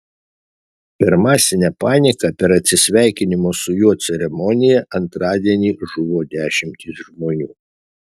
per masinę paniką per atsisveikinimo su juo ceremoniją antradienį žuvo dešimtys žmonių